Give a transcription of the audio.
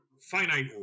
finite